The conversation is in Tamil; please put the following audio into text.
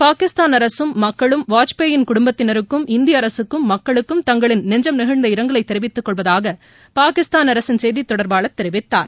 பாகிஸ்தான் அரசும் மக்களும் வாஜ்பாயின் குடும்பத்தினருக்கும் இந்திய அரசுக்கும் மக்களுக்கும் தங்களின் நெஞ்சம் நெகிழ்ந்த இரங்கலை தெரிவித்துக் கொள்வதாக பாகிஸ்தான் அரசின் செய்தி தொடர்பாளர் தெரிவித்தார்